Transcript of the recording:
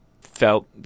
felt